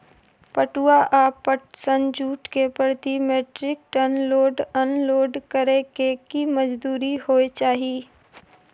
पटुआ या पटसन, जूट के प्रति metric ton load unload करै के की मजदूरी होय चाही?